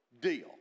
deal